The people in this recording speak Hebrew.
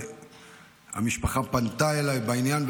המשפחה פנתה אליי בעניין,